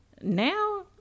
now